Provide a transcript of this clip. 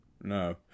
No